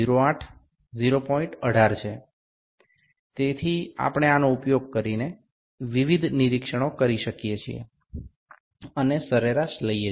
18 છે તેથી આપણે આનો ઉપયોગ કરીને વિવિધ નિરીક્ષણો કરી શકીએ છીએ અને સરેરાશ લઈ શકીએ છીએ